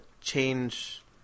change